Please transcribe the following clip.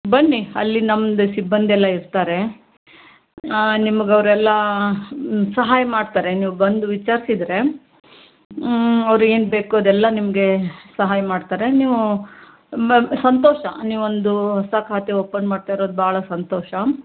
ಬನ್ನಿ ಅಲ್ಲಿ ನಮ್ದು ಸಿಬ್ಬಂದಿ ಎಲ್ಲ ಇರ್ತಾರೆ ನಿಮ್ಗೆ ಅವರೆಲ್ಲ ಸಹಾಯ ಮಾಡ್ತಾರೆ ನೀವು ಬಂದು ವಿಚಾರಿಸಿದ್ರೆ ಅವ್ರು ಏನು ಬೇಕೋ ಅದೆಲ್ಲ ನಿಮಗೆ ಸಹಾಯ ಮಾಡ್ತಾರೆ ನೀವು ಬ್ ಸಂತೋಷ ನೀವೊಂದು ಹೊಸ ಖಾತೆ ಓಪನ್ ಮಾಡ್ತಾ ಇರೋದು ಭಾಳ ಸಂತೋಷ